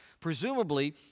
Presumably